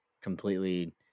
completely